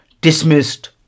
dismissed